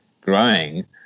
growing